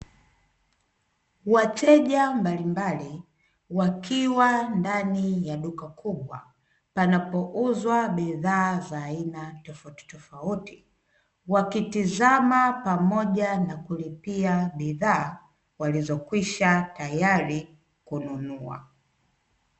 Wateja mbalimbali wakiwa katika duka kubwa panapouzwa bidhaa za aina tofautitofauti wakitizama pamoja na kulipia bidhaa walizokwisha tayari kununua.